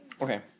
Okay